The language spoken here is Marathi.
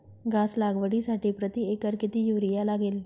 घास लागवडीसाठी प्रति एकर किती युरिया लागेल?